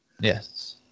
Yes